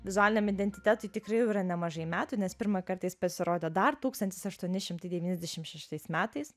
vizualiniam identitetui tikrai jau yra nemažai metų nes pirmą kartą jis pasirodė dar tūkstantis aštuoni šimtai devyniasdešim šeštais metais